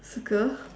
circle